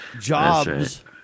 jobs